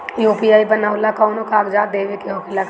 UPI बनावेला कौनो कागजात देवे के होखेला का?